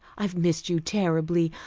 i've missed you terribly.